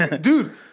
Dude